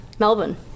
Melbourne